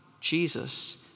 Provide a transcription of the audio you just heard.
Jesus